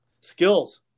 skills